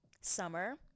summer